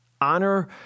Honor